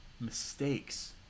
Mistakes